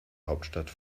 hauptstadt